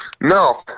No